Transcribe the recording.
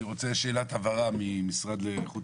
אני רוצה שאלת הבהרה מהמשרד לאיכות